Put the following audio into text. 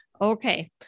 okay